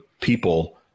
people